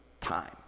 time